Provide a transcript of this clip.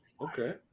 Okay